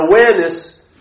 awareness